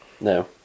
No